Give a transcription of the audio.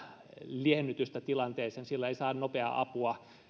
liennytystä tilanteeseen sillä ei saa nopeaa apua